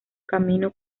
camino